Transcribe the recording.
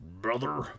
brother